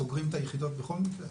סוגרים את היחידות בכל מקרה?